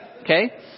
Okay